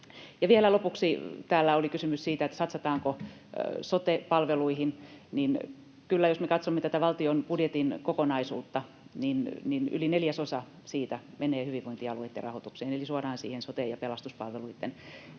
Vielä lopuksi: Täällä oli kysymys siitä, satsataanko sote-palveluihin. Kyllä, jos me katsomme tätä valtion budjetin kokonaisuutta, niin yli yksi neljäsosa siitä menee hyvinvointialueitten rahoitukseen eli suoraan siihen sote- ja pelastuspalveluitten rahoitukseen,